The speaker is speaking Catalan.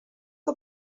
que